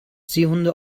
seehunde